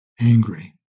angry